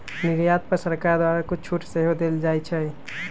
निर्यात पर सरकार द्वारा कुछ छूट सेहो देल जाइ छै